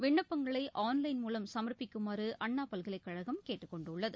விண்ணப்பங்களை மூலம் சமர்ப்பிக்குமாறு அண்ணா பல்கலைக்கழகம் கேட்டுக்கொண்டுள்ளது